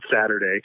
Saturday